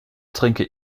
trinke